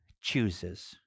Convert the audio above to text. chooses